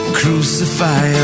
crucify